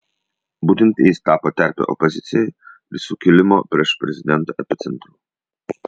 būtent jis tapo terpe opozicijai ir sukilimo prieš prezidentą epicentru